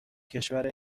کشور